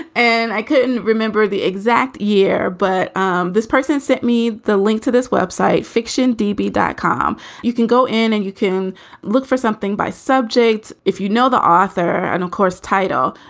and i couldn't remember the exact year, but um this person sent me the link to this web site, fiction. d b. dicom. you can go in and you can look for something by subjects if you know the author. and, of course, title.